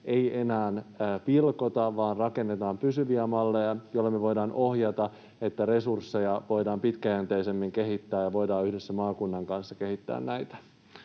ei enää pilkota, vaan rakennetaan pysyviä malleja, joilla voidaan ohjata, jotta resursseja voidaan pitkäjänteisemmin kehittää ja voidaan yhdessä maakunnan kanssa kehittää näitä.